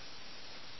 ഇതാണ് ആദ്യത്തെ ലെവൽ